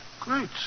Great